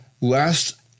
last